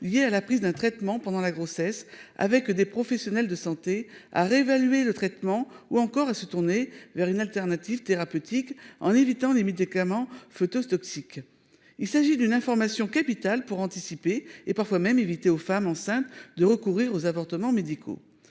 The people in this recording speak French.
liés à la prise d'un traitement pendant la grossesse avec des professionnels de santé à réévaluer le traitement ou encore à se tourner vers une alternative thérapeutique en évitant les médicaments photo toxique. Il s'agit d'une information capitale pour anticiper et parfois même éviter aux femmes enceintes de recourir aux avortements médicaux.